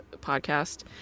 podcast